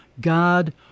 God